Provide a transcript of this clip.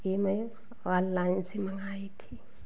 यह मैं ऑललाइन से मंगाई थी